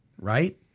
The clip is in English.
right